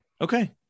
Okay